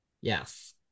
Yes